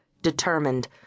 Determined